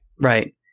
Right